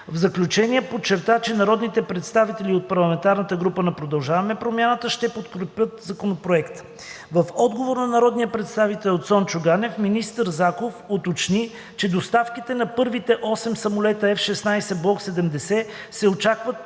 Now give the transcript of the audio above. В заключение подчерта, че народните представители от парламентарната група на „Продължаваме промяната“ ще подкрепят Законопроекта. В отговор на народния представител Цончо Ганев министър Заков уточни, че доставките на първите осем самолета F-16 Block 70 се очакват